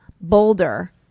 Boulder